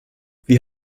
wir